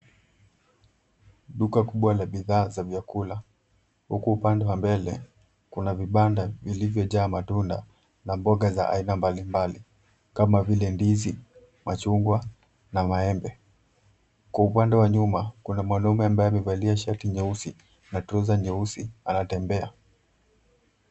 Duka kubwa la bidhaa za vyakula huku upande wa mbele kuna vibanda vilivyojaa matunda na mboga za aina mbalimbali kama vile ndizi, machungwa na maembe. Kwa upande wa nyuma, kuna mwanaume ambaye amevalia shati nyeusi na trouser nyeusi anatembea.